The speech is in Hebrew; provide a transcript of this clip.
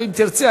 ואם תרצי,